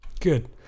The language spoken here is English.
Good